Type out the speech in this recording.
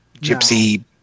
gypsy